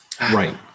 right